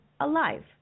Alive